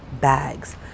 bags